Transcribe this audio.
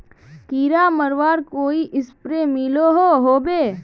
कीड़ा मरवार कोई स्प्रे मिलोहो होबे?